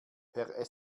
per